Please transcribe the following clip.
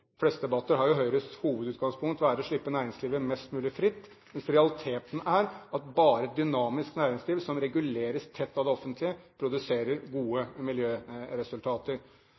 fleste debatter har Høyres hovedutgangspunkt vært å slippe næringslivet mest mulig fritt, mens realiteten er at bare et dynamisk næringsliv som reguleres tett av det offentlige, produserer gode miljøresultater.